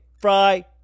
Fry